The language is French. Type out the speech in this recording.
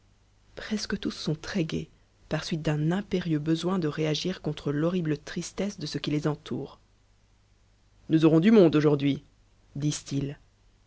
presque tous sont très gais par suite d'un impérieux besoin de réagir contre l'horrible tristesse de ce qui les entoure nous aurons du monde aujourd'hui disent-ils